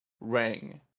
rang